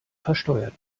versteuert